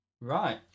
right